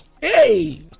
Hey